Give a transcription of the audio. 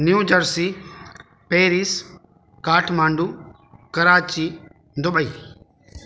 new Jersey Paris Kathmandu Karachi Dubai